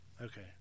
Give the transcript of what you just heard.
Okay